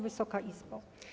Wysoka Izbo!